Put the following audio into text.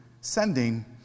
sending